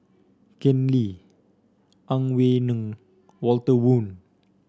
Ken Lim Ang Wei Neng Walter Woon